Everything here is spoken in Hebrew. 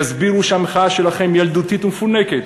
יסבירו שהמחאה שלכם ילדותית ומפונקת.